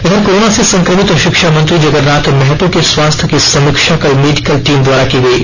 इधर कोरोना से संक्रमित शिक्षामंत्री जगरनाथ महतो के स्वास्थ की समीक्षा कल मेडिकल टीम द्वारा की गयी